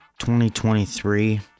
2023